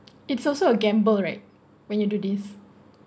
it's also a gamble right when you do this